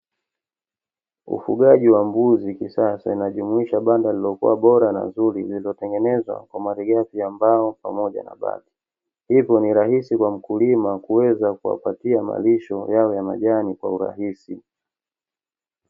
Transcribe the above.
Ufugaji wa mbuzi kisasa linajumuisha banda lililokua bora na zuri, lililotengenezwa kwa marighafi ya mbao pamoja na bati, hivyo ni rahisi kwa mkulima kuweza kuwapatia malisho yao ya majani kwa urahisi.